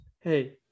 hey